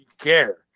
care